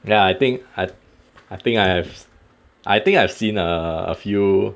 ya I think I I think I have I think I've seen a few